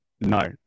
no